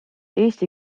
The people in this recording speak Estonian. eesti